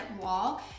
wall